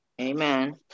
Amen